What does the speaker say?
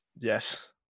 Yes